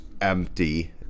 empty